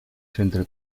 centre